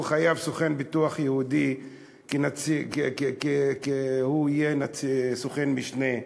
חייב להיות סוכן ביטוח יהודי והוא סוכן משנה,